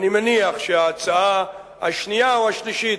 אני מניח שההצעה השנייה או השלישית,